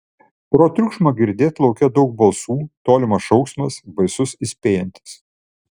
pro triukšmą girdėt lauke daug balsų tolimas šauksmas baisus įspėjantis